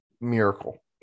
miracle